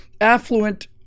affluent